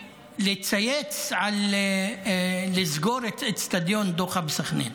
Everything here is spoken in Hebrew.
לצייץ על לסגור את אצטדיון דוחה בסח'נין.